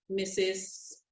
mrs